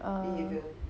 uh